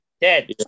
Dead